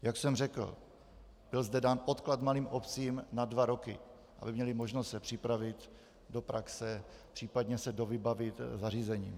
Jak jsem řekl, byl zde dán odklad malým obcím na dva roky, aby měly možnost se připravit do praxe, případně se dovybavit zařízením.